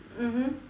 mmhmm